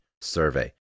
survey